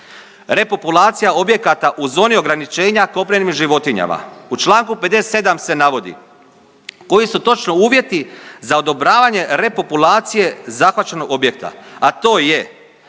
Repopulacija objekata u zoni ograničenja kopnenim životinjama u članku 57. se navodi koji su točno uvjeti za odobravanje repopulacije zahvaćenog objekta a to je